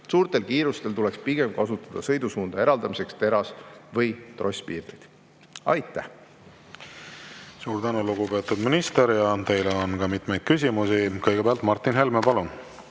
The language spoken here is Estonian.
Suurtel kiirustel tuleks pigem kasutada sõidusuundade eraldamiseks teras‑ või trosspiirdeid. Aitäh! Suur tänu, lugupeetud minister! Teile on ka mitmeid küsimusi. Kõigepealt Martin Helme, palun!